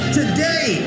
today